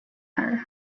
her